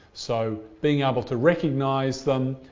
so, being able to recognise them,